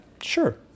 sure